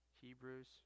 Hebrews